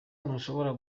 ntushobora